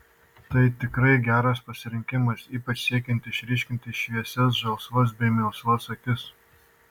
tai tikrai geras pasirinkimas ypač siekiant išryškinti šviesias žalsvas bei melsvas akis